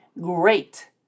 great